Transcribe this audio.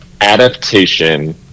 adaptation